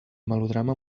melodrama